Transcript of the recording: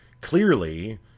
clearly